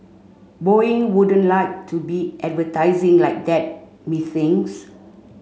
boeing wouldn't like to be advertising like that methinks